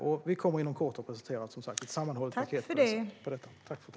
Regeringen kommer inom kort att presentera ett sammanhållet paket.